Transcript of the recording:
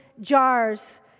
jars